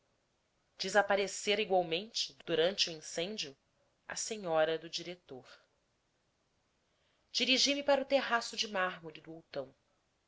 desaparecera igualmente durante o incêndio a senhora do diretor dirigi-me para o terraço de mármore